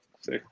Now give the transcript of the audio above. See